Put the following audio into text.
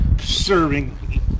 serving